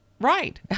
Right